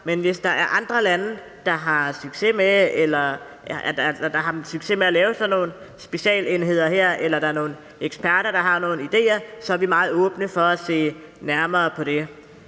men hvis der er andre lande, der har succes med at lave sådan nogle specialenheder her, eller der er nogen eksperter, der har nogle ideer, er vi meget åbne for at se nærmere på det.